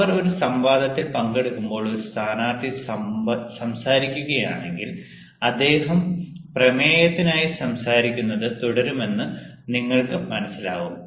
അവർ ഒരു സംവാദത്തിൽ പങ്കെടുക്കുമ്പോൾ ഒരു സ്ഥാനാർത്ഥി സംസാരിക്കുകയാണെങ്കിൽ അദ്ദേഹം പ്രമേയത്തിനായി സംസാരിക്കുന്നത് തുടരുമെന്ന് നിങ്ങൾക്ക് മനസ്സിലാകും